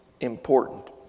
important